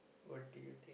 what do you think